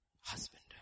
husband